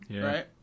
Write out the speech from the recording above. right